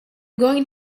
going